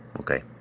Okay